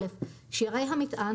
שיירי המטען,